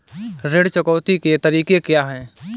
ऋण चुकौती के तरीके क्या हैं?